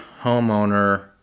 homeowner